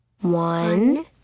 One